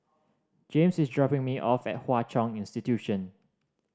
Jaymes is dropping me off at Hwa Chong Institution